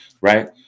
Right